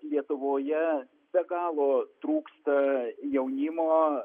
lietuvoje be galo trūksta jaunimo